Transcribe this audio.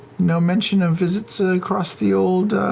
no mention of visits ah across the old